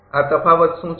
આ તફાવત શું છે